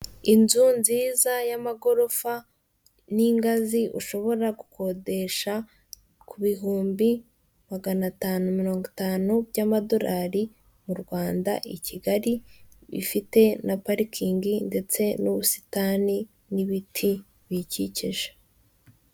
Inzu inzu nini isize umucanga ndetse hari n'inzu ishaje ntoya, nyuma yaho hari ishyamba n'icyapa cyanditseho akanyaru, huye, muhanga; hariho icyapa kiriho akantu kazamuye ndetse n'ikindi gitambika hariho Ruhango, Kinazi